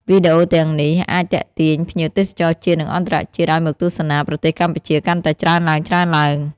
វីដេអូទាំងនេះអាចទាក់ទាញភ្ញៀវទេសចរជាតិ និងអន្តរជាតិឱ្យមកទស្សនាប្រទេសកម្ពុជាកាន់តែច្រើនឡើងៗ។